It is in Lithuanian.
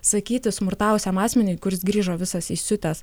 sakyti smurtavusiam asmeniui kuris grįžo visas įsiutęs